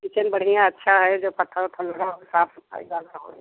kitchen बढ़िया अच्छा है जो पत्थर फल रहो साफ़ सफ़ाई वाला हो रहे